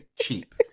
cheap